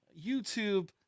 youtube